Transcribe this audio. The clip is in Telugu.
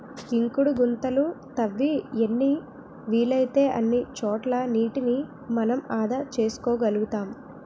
ఇంకుడు గుంతలు తవ్వి ఎన్ని వీలైతే అన్ని చోట్ల నీటిని మనం ఆదా చేసుకోగలుతాం